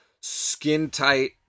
skin-tight